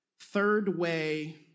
third-way